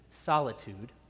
solitude